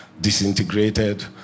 disintegrated